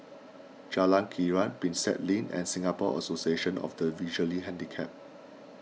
Jalan Krian Prinsep Link and Singapore Association of the Visually Handicapped